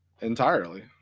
entirely